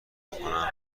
بکنم